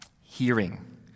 Hearing